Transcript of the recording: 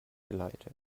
geleitet